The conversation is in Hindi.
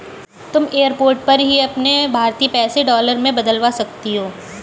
तुम एयरपोर्ट पर ही अपने भारतीय पैसे डॉलर में बदलवा सकती हो